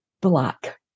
Black